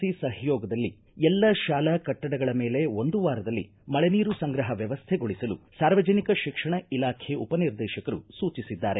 C ಸಹಯೋಗದಲ್ಲಿ ಎಲ್ಲ ಶಾಲಾ ಕಟ್ಟಡಗಳ ಮೇಲೆ ಒಂದು ವಾರದಲ್ಲಿ ಮಳೆ ನೀರು ಸಂಗ್ರಹ ವ್ಯವಸ್ಥೆಗೊಳಿಸಲು ಸಾರ್ವಜನಿಕ ಶಿಕ್ಷಣ ಇಲಾಖೆ ಉಪನಿರ್ದೇಶಕರು ಸೂಚಿಸಿದ್ದಾರೆ